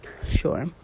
Sure